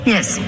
Yes